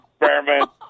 experiment